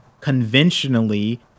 conventionally